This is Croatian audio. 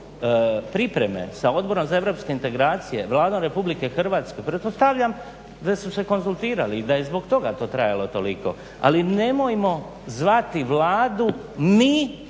pripreme sa Odborom za europske integracije, Vladom Republike Hrvatske, pretpostavljam da su se konzultirali i da je zbog toga to trajalo to toliko. Ali, nemojmo zvati Vladu mi